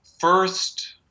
first